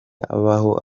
abaho